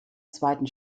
zweiten